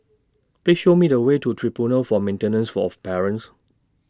Please Show Me The Way to Tribunal For Maintenance of Parents